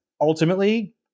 ultimately